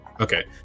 Okay